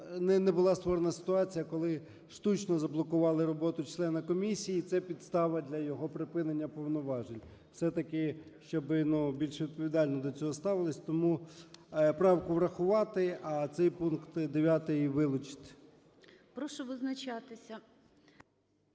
Не була створена ситуація, коли штучно заблокували роботу члена комісії і це підстава для його припинення повноважень. Все-таки, щоб, ну, більш відповідально до цього ставились. Тому правку врахувати. А цей пункт 9 вилучити. ГОЛОВУЮЧИЙ. Прошу визначатися.